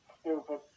stupid